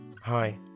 Hi